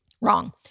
Wrong